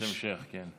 שאילתת המשך, כן.